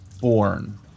born